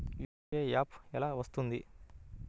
UPI app ఎలా వస్తుంది?